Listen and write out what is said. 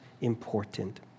important